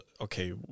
okay